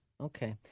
okay